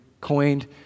coined